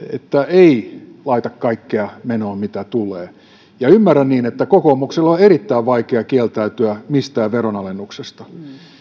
ei laita kaikkea menoon mitä tulee ymmärrän niin että kokoomuksen on erittäin vaikea kieltäytyä mistään veronalennuksesta